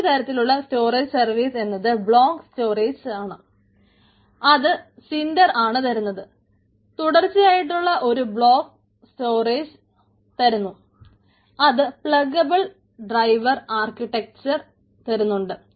മറ്റൊരു തരത്തിലുള്ള storage service എന്നത് ബ്ലോക്ക് സ്റ്റോറേജ് തരുന്നുണ്ട്